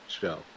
show